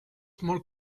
more